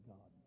God